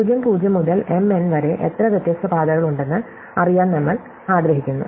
0 0 മുതൽ m n വരെ എത്ര വ്യത്യസ്ത പാതകളുണ്ടെന്ന് അറിയാൻ നമ്മൾ ആഗ്രഹിക്കുന്നു